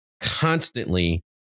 constantly